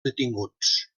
detinguts